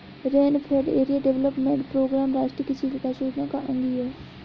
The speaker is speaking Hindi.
रेनफेड एरिया डेवलपमेंट प्रोग्राम राष्ट्रीय कृषि विकास योजना का अंग ही है